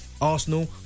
Arsenal